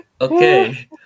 Okay